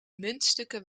muntstukken